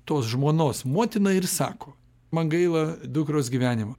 tos žmonos motina ir sako man gaila dukros gyvenimo